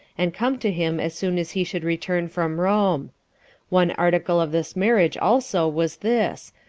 and come to him as soon as he should return from rome one article of this marriage also was this,